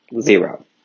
zero